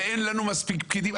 ואין לנו מספיק פקידים.